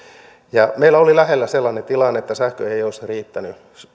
meillä oli lähellä sellainen tilanne että sähkö ei olisi riittänyt